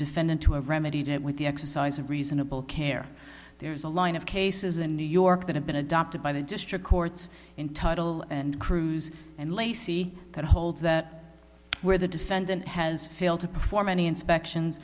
defendant to have remedied it with the exercise of reasonable care there is a line of cases in new york that have been adopted by the district courts in tuttle and cruz and lacy that holds that where the defendant has failed to perform any inspections